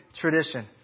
tradition